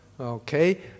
Okay